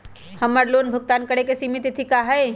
हमर लोन भुगतान करे के सिमित तिथि का हई?